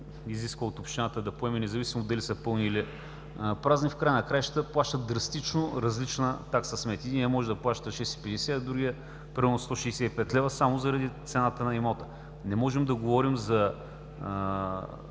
общината да поеме, независимо дали са пълни, или празни, в края на краищата плащат драстично различна така смет. Единият може да плаща 6,50 лв., а другият примерно 165 лв. само заради цената на имота. Не можем да говорим за